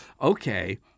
Okay